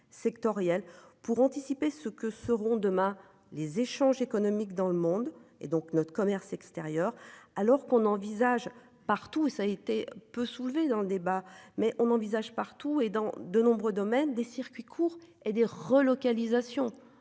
sectoriel pour anticiper ce que seront demain les échanges économiques dans le monde et donc notre commerce extérieur, alors qu'on envisage partout, ça a été peu soulever dans le débat mais on envisage partout et dans de nombreux domaines des circuits courts et des relocalisations